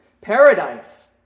Paradise